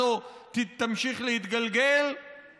זה ארגון מדינתי שצריך לשאת בכל האחריות לאוכלוסייה האזרחית.